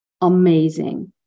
amazing